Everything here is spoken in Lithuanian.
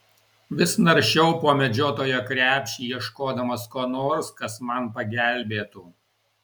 vis naršiau po medžiotojo krepšį ieškodamas ko nors kas man pagelbėtų